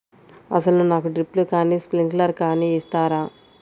అసలు నాకు డ్రిప్లు కానీ స్ప్రింక్లర్ కానీ ఇస్తారా?